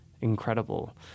incredible